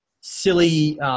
silly